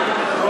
אני מוכן,